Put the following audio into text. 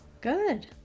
Good